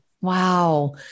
wow